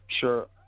Sure